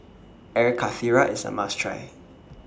Air Karthira IS A must Try